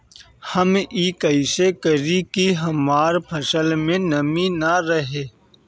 हम ई कइसे करी की हमार फसल में नमी ना रहे?